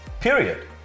Period